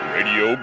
Radio